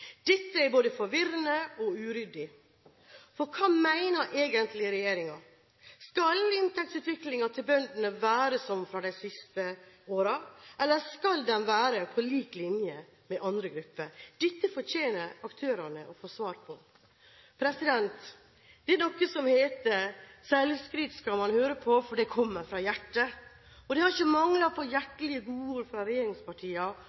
Dette er både forvirrende og uryddig. For hva mener egentlig regjeringen? Skal inntektsutviklingen til bøndene være som i de siste årene, eller skal den være på lik linje med andre grupper? Dette fortjener aktørene å få svar på. Det er noe som heter at selvskryt skal man høre på, for det kommer fra hjertet. Det har ikke manglet på